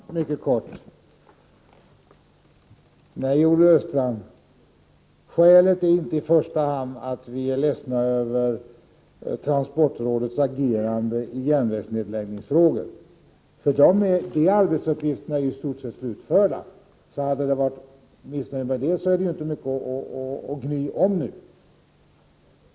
Herr talman! Jag skall fatta mig mycket kort. Nej, Olle Östrand, skälet är inte i första hand att vi är ledsna över transportrådets agerande i järnvägsnedläggningsfrågor. De arbetsuppgifternaäri stort sett slutförda — hade det varit fråga om missnöje med det hade det nu inte varit mycket att gny om.